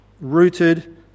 rooted